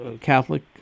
Catholic